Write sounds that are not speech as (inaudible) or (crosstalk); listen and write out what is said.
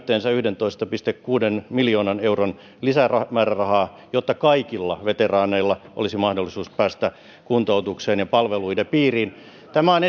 yhteensä yhdentoista pilkku kuuden miljoonan euron lisämäärärahaa jotta kaikilla veteraaneilla olisi mahdollisuus päästä kuntoutukseen ja palveluiden piiriin tämä on (unintelligible)